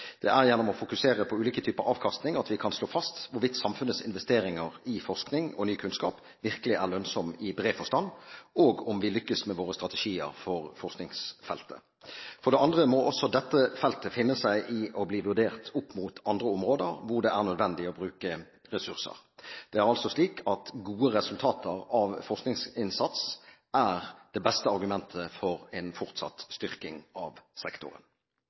Det er gjennom å fokusere på ulike typer avkastning at vi kan slå fast hvorvidt samfunnets investeringer i forskning og ny kunnskap virkelig er lønnsom i bred forstand, og om vi lykkes med våre strategier for forskningsfeltet. For det andre må også dette feltet finne seg i å bli vurdert opp mot andre områder hvor det er nødvendig å bruke ressurser. Det er altså slik at gode resultater av forskningsinnsats er det beste argument for en fortsatt styrking av sektoren.